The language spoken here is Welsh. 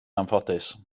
anffodus